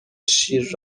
شیر